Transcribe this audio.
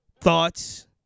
thoughts